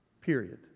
Period